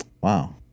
Wow